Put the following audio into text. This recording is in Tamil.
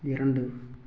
இரண்டு